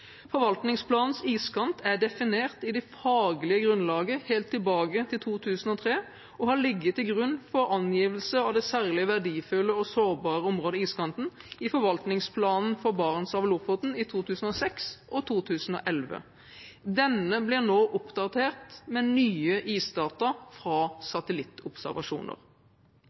Forvaltningsplanens iskant er definert i det faglige grunnlaget helt tilbake til 2003 og har ligget til grunn for angivelse av det særlig verdifulle og sårbare området iskanten i forvaltningsplanen for Barentshavet og Lofoten i 2006 og 2011. Denne blir nå oppdatert med nye isdata fra